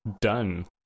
done